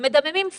הם מדממים סתם.